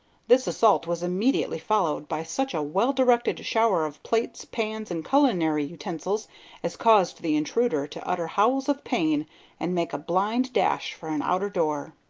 this assault was immediately followed by such a well-directed shower of plates, pans, and culinary utensils as caused the intruder to utter howls of pain and make a blind dash for an outer door.